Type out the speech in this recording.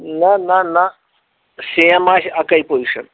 نہَ نہَ نہَ سیم آسہِ اَکٕے پوٗزِشَن